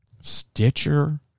Stitcher